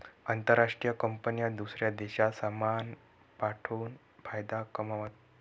आंतरराष्ट्रीय कंपन्या दूसऱ्या देशात सामान पाठवून फायदा कमावतात